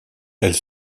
elle